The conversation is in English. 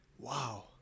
Wow